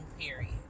period